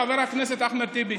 לעניין של חבר הכנסת אחמד טיבי,